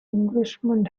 englishman